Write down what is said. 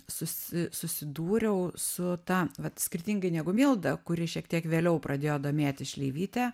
susi susidūriau su ta vat skirtingai negu milda kuri šiek tiek vėliau pradėjo domėtis šleivyte